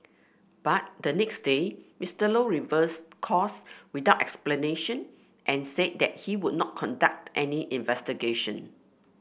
but the next day Mister Low reversed course without explanation and said that he would not conduct any investigation